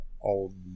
old